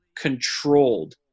controlled